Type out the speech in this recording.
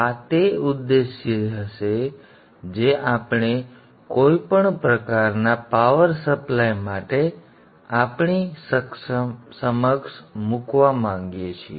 આ તે ઉદ્દેશ હશે જે આપણે કોઈપણ પ્રકારના પાવર સપ્લાય માટે આપણી સમક્ષ મૂકવા માંગીએ છીએ